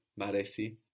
Maresi